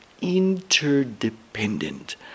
interdependent